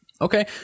Okay